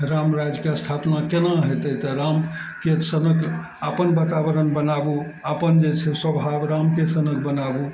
राम राज्यके स्थापना केना हेतय तऽ रामके सनक अपन वातावरण बनाबू अपन जे छै स्वभाव रामके सनक बनाबू